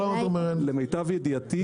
למיטב ידיעתי,